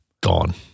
Gone